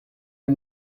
are